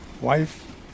wife